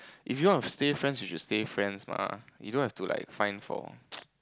if you want to stay friends you just stay friends mah you don't have to like find for